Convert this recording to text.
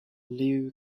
liu